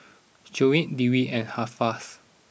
Shoaib Dewi and Hafsas